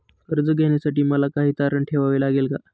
कर्ज घेण्यासाठी मला काही तारण ठेवावे लागेल का?